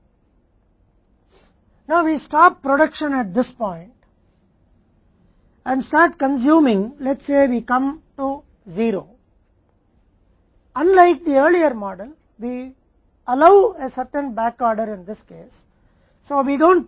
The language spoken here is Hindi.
अब हम इस बिंदु पर उत्पादन बंद कर देते हैं और उपभोग करना शुरू कर देते हैं हम कहते हैं कि हम पहले वाले मॉडल के विपरीत 0 पर आते हैं हम इस मामले में एक निश्चित बैकऑर्डर की अनुमति देते हैं